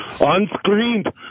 unscreened